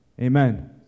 Amen